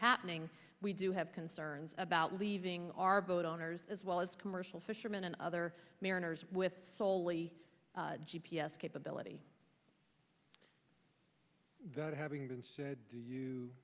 happening we do have concerns about leaving our boat owners as well as commercial fishermen and other mariners with foley g p s capability that having been said would you